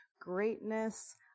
greatness